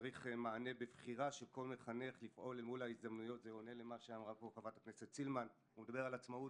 צריך מענה בבחירה של כל מחנך לפעול הוא מדבר על עצמאות,